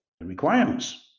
requirements